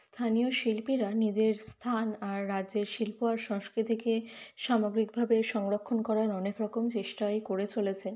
স্থানীয় শিল্পীরা নিজের স্থান আর রাজ্যের শিল্প আর সংস্কৃতিকে সামগ্রিকভাবে সংরক্ষণ করার অনেকরকম চেষ্টাই করে চলেছেন